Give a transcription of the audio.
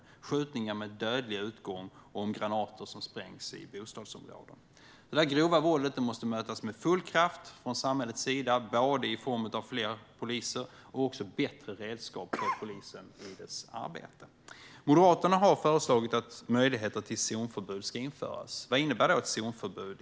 Det är skjutningar med dödlig utgång och granater som sprängs i bostadsområden. Detta grova våld måste mötas med full kraft från samhällets sida, både i form av fler poliser och i form av bättre redskap för polisen i dess arbete. Moderaterna har föreslagit att möjligheter till zonförbud ska införas. Vad innebär då ett zonförbud?